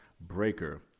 Breaker